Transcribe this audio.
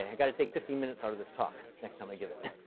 ah got to take fifteen minutes out of this talk next time i give it.